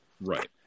right